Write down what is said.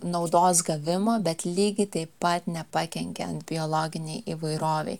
naudos gavimo bet lygiai taip pat nepakenkiant biologinei įvairovei